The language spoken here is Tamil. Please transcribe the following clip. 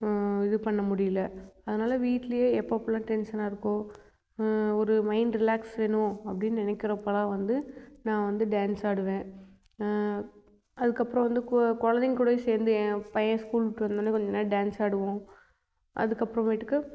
இது பண்ண முடியல அதனால் வீட்டிலையே எப்பப்பெல்லாம் டென்ஷனாக இருக்கோ ஒரு மைண்ட் ரிலேக்ஸ் வேணும் அப்படின்னு நினைக்கிறப்பெல்லாம் வந்து நான் வந்து டான்ஸ் ஆடுவேன் அதுக்கப்புறம் வந்து கோ குழந்தைங்க கூடயும் சேர்ந்து என் பையன் ஸ்கூல் விட்டு வந்தோடனேயே கொஞ்ச நேரம் டான்ஸ் ஆடுவோம் அதுக்கப்புறமேட்டுக்கு